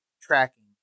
tracking